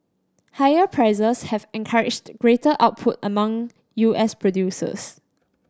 higher prices have encouraged greater output among U S producers